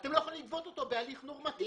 שאתם לא יכולים לגבות אותו בהליך נורמטיבי